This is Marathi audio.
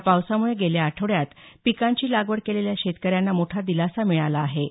या पावसामुळे गेल्या आठवड्यात पिकांची लागवड केलेल्या शेतकऱ्यांना मोठा दिलासा मिळाला आहे